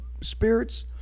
spirits